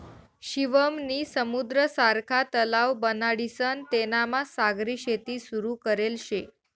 शिवम नी समुद्र सारखा तलाव बनाडीसन तेनामा सागरी शेती सुरू करेल शे